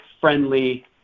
friendly